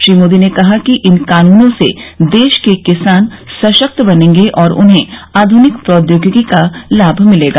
श्री मोदी ने कहा कि इन कानूनों से देश के किसान सशक्त बनेंगे और उन्हें आधुनिक प्रौद्योगिकी का लाभ मिलेगा